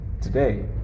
today